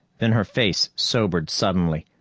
then her face sobered suddenly.